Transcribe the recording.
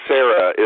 Sarah